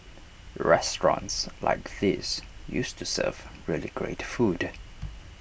restaurants like these used to serve really great food